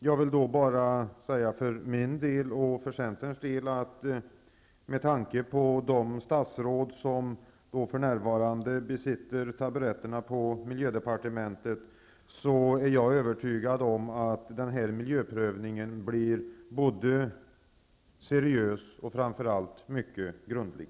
Jag vill då för min och Centerns del säga, att med tanke på de statsråd som för närvarande innehar taburetterna på miljödepartementet, är jag övertygad om att denna miljöprövning blir både seriös och framför allt mycket grundlig.